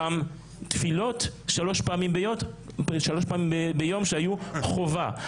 גם תפילות שלוש פעמים ביום שהיו חובה.